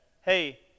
hey